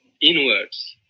inwards